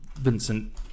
Vincent